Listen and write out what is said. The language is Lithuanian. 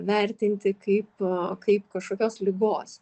vertinti kaip kaip kažkokios ligos